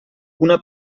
una